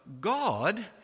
God